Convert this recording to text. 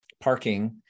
parking